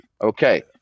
Okay